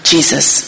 Jesus